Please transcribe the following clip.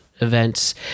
events